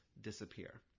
disappear